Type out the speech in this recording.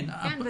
כן.